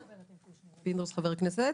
פינדרוס חבר הכנסת.